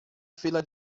fila